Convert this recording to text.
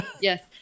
Yes